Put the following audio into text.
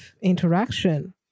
interaction